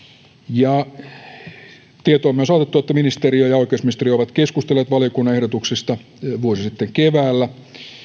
tietoomme on saatettu että ministeriö ja oikeusministeriö ovat keskustelleet valiokunnan ehdotuksista vuosi sitten keväällä